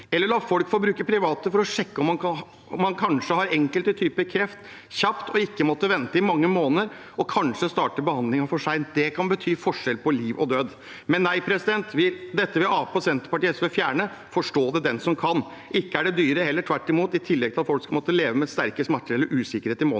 eller la folk få bruke private aktører for kjapt å få sjekket om man kanskje har enkelte typer kreft, og ikke måtte vente i mange måneder og kanskje starte behandlingen for sent. Det kan bety forskjell på liv og død. Dette vil Arbeiderpartiet, Senterpartiet og SV fjerne. Forstå det den som kan. Ikke er det dyrere heller – tvert imot – i tillegg til at folk skal måtte leve med sterke smerter eller usikkerhet i måneder.